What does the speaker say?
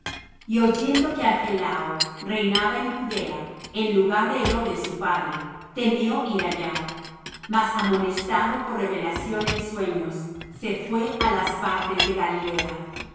de israel y oyendo que archelao reinaba en judea en lugar de herodes su padre temió ir allá mas amonestado por revelación en sueños se fué á las partes de galilea